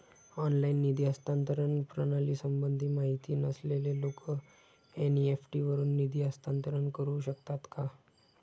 Online निधी हस्तांतरण प्रणालीसंबंधी माहिती नसलेले लोक एन.इ.एफ.टी वरून निधी हस्तांतरण करू शकतात का?